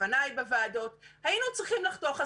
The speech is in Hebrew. לפניי בוועדות: היינו צריכים לחתוך,